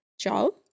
job